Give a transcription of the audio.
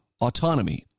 autonomy